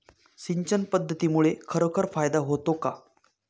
सिंचन पद्धतीमुळे खरोखर फायदा होतो का?